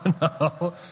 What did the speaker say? no